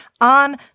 on